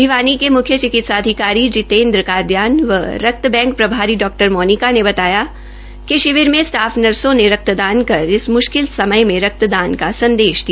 भिवानी के मुख्य चिकित्सा अधिकारी जितेंद्र कादियान व रक्त बैंक प्रभारी डा मोनिका सांगवान ने बताया कि शिविर में स्टाफ नसों ने रक्त दान कर इस मुशकिल समय में रक्तदान का संदेश दिया